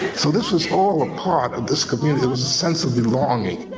so this is all a part of this community. it was a sense of belonging.